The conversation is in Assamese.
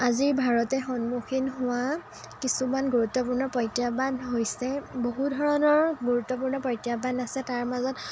আজি ভাৰতে সন্মুখীন হোৱা কিছুমান গুৰুত্বপূৰ্ণ প্ৰত্যাহ্বান হৈছে বহু ধৰণৰ গুৰুত্বপূৰ্ণ প্ৰত্যাহ্বান আছে তাৰ মাজত